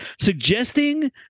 suggesting